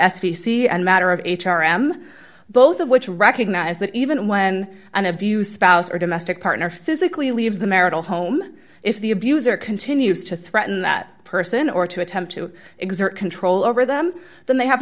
c and matter of h r m both of which recognize that even when and a view spouse or domestic partner physically leaves the marital home if the abuser continues to threaten that person or to attempt to exert control over them then they have